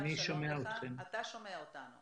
חלק גדול מהם עבר את הטרגדיה של מלחמת העולם השנייה,